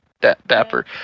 dapper